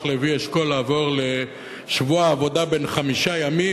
לוי אשכול לעבור לשבוע עבודה בן חמישה ימים,